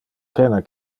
pena